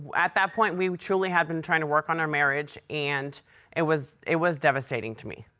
at that point, we truly had been trying to work on our marriage, and it was. it was devastating to me.